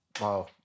wow